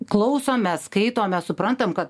klausom mes skaitom mes suprantam kad